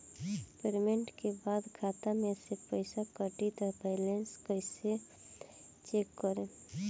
Payment के बाद खाता मे से पैसा कटी त बैलेंस कैसे चेक करेम?